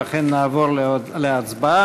ולכן נעבור להצבעה.